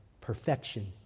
perfection